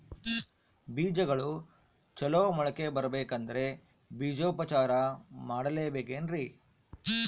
ಬೇಜಗಳು ಚಲೋ ಮೊಳಕೆ ಬರಬೇಕಂದ್ರೆ ಬೇಜೋಪಚಾರ ಮಾಡಲೆಬೇಕೆನ್ರಿ?